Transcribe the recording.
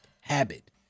habit